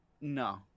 No